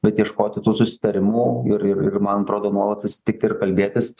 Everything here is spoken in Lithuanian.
bet ieškoti tų susitarimų ir ir man atrodo nuolat susitikti ir kalbėtis